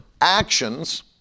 actions